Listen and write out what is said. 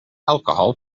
alcohol